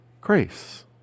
grace